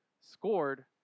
scored